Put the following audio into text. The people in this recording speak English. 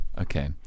Okay